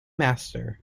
master